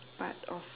part of